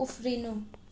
उफ्रिनु